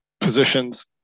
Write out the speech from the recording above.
positions